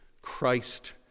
Christ